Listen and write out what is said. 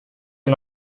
and